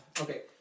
Okay